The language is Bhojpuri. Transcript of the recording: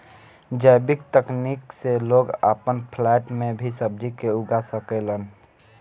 जैविक तकनीक से लोग आपन फ्लैट में भी सब्जी के उगा सकेलन